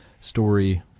story